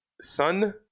Sun